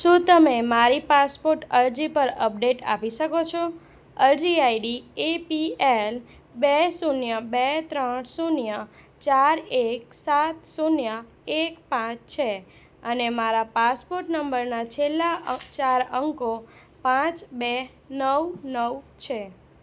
શું તમે મારી પાસપોર્ટ અરજી પર અપડેટ આપી શકો છો અરજી આઈડી એ પી એલ બે શૂન્ય બે ત્રણ શૂન્ય ચાર એક સાત શૂન્ય એક પાંચ છે અને મારા પાસપોર્ટ નંબરના છેલ્લા ચાર અંકો પાંચ બે નવ નવ છે